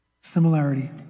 similarity